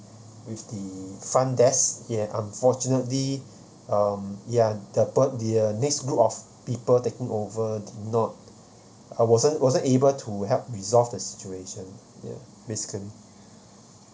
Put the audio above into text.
with the front desk ya unfortunately um ya the per~ the next group of people taking over did not uh wasn't wasn't able to help resolve the situation ya basically